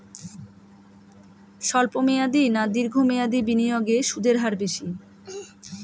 স্বল্প মেয়াদী না দীর্ঘ মেয়াদী বিনিয়োগে সুদের হার বেশী?